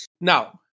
Now